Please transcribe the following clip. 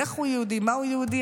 איך הוא יהודי ומהו יהודי,